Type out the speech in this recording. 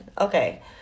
Okay